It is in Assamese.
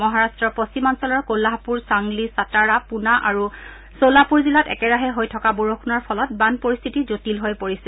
মহাৰট্টৰ পশ্চিমাঞ্চলৰ কোলহাপুৰ ছাংগলি ছাটাৰা পূনা আৰু চলাপুৰ জিলাত একেৰাহে হৈ থকা বৰষূণৰ ফলত বান পৰিস্থিতি জটিল হৈ পৰিছে